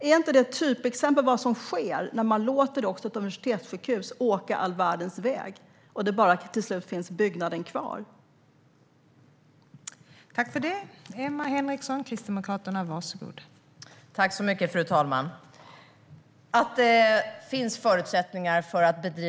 Är inte det ett typexempel på vad som sker när man låter ett universitetssjukhus åka all världens väg och det till slut bara är byggnaden som finns kvar?